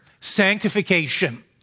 Sanctification